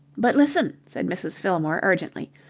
but listen, said mrs. fillmore, urgently.